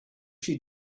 she